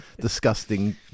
disgusting